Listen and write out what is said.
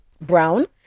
Brown